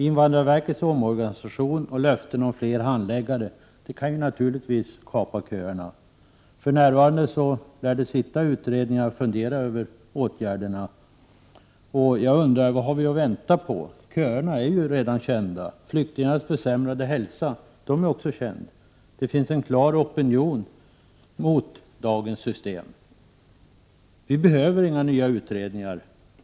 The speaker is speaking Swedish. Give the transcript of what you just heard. Invandrarverkets omorganisation och löften om fler handläggare kan naturligtvis kapa köerna. För närvarande lär utredningar sitta och fundera över olika åtgärder, och jag undrar: Vad väntar vi på? Köerna är ju redan kända. Flyktingarnas försämrade hälsa är också känd. Det finns en klar opinion mot dagens system. Vi behöver inga nya utredningar.